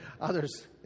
others